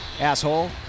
Asshole